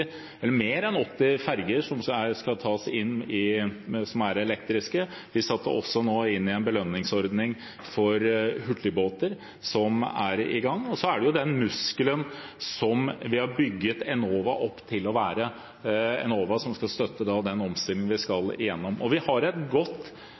som skal tas inn. Vi har også satt i gang en belønningsordning for hurtigbåter. Så er det den muskelen vi har bygget Enova til å være, og som skal støtte den omstillingen vi skal